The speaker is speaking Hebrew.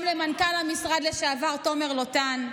גם למנכ"ל המשרד לשעבר תומר לוטן,